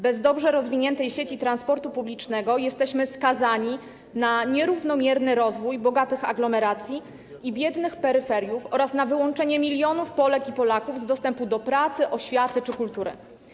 Bez dobrze rozwiniętej sieci transportu publicznego jesteśmy skazani na nierównomierny rozwój bogatych aglomeracji i biednych peryferii oraz na wyłączenie milionów Polek i Polaków z dostępu do pracy, oświaty czy kultury.